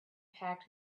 packed